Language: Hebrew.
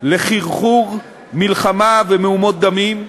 לחרחור מלחמה ומהומות דמים.